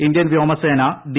Indian വ്യോമസേന D